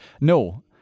No